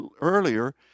earlier